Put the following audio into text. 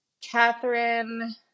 Catherine